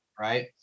right